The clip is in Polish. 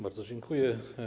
Bardzo dziękuję.